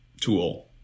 tool